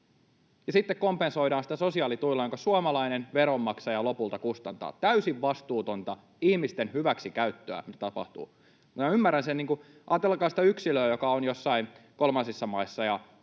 sitten kompensoidaan sitä sosiaalituilla, jotka suomalainen veronmaksaja lopulta kustantaa — täysin vastuutonta ihmisten hyväksikäyttöä nyt tapahtuu. Ajatelkaa sitä yksilöä, joka on jossain kolmansissa maissa: